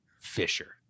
Fisher